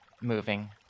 moving